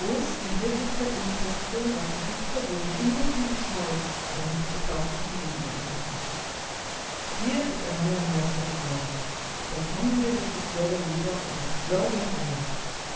in wirklichkeit umsetzte was der dichter wohl im innersten geschaut aber nicht zu plastischem leben erwecken konnte hier ist ein neuer meister geworden der kommende regisseur der weber und des florian